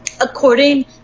According